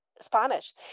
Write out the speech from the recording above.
Spanish